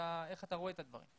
איך אתה רואה את הדברים.